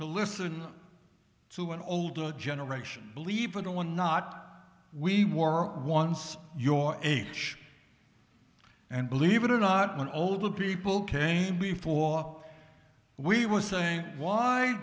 to listen to an older generation believe it or one not we were once your age and believe it or not when older people came before we were saying why